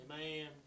Amen